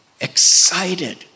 excited